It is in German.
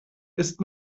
ist